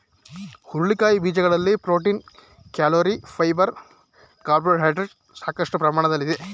ಹುರುಳಿಕಾಯಿ ಬೀಜಗಳಲ್ಲಿ protein, calorie, fibre carbohydrates ಸಾಕಷ್ಟು ಪ್ರಮಾಣದಲ್ಲಿದೆ